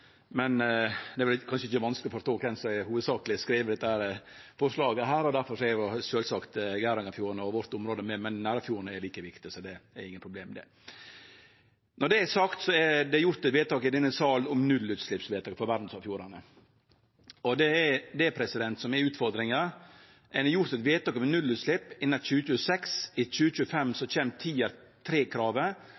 men det er kanskje ikkje vanskeleg å forstå kven som hovudsakleg har skrive dette forslaget. Derfor er sjølvsagt Geirangerfjorden og området vårt med, men Nærøyfjorden er like viktig, så det er ikkje noko problem. Når det er sagt, er det gjort eit vedtak i denne salen om nullutslepp for verdsarvfjordane. Det er det som er utfordringa: Ein har gjort eit vedtak om nullutslepp innan 2026. I 2025